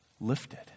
lifted